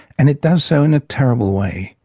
and it does so in a terrible way,